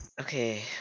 Okay